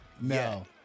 No